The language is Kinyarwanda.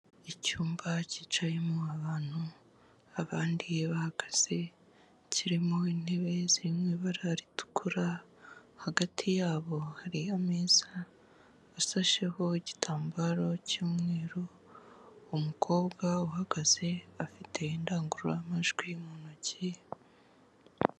Icyumba cyicayemo abantu abandi bahagaze kirimo intebe zirimo ibara ritukura, hagati y'abo hariyo ameza asasheho igitambaro cy'umweru, umukobwa uhagaze afite indangururamajwi mu ntoki.